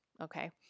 Okay